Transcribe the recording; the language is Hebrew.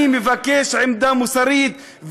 אני מבקש עמדה מוסרית,